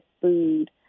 food